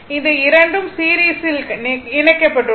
இந்த இரண்டும் சீரிஸில் இணைக்கப்பட்டுள்ளன